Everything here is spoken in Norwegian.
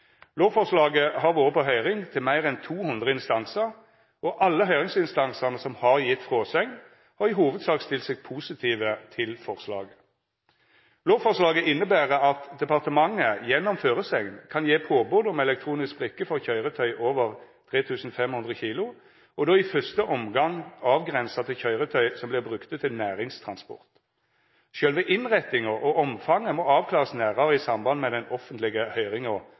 Lovforslaget har vore på høyring til meir enn 200 instansar, og høyringsinstansane som har gjeve fråsegn, har i hovudsak stilt seg positive til forslaget. Lovforslaget inneber at departementet gjennom føresegn kan gje påbod om elektronisk brikke for køyretøy over 3500 kg, og då i første omgang avgrensa til køyretøy som vert brukte til næringstransport. Sjølve innrettinga og omfanget må avklarast nærare i samband med den offentlege høyringa